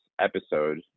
episode